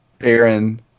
Aaron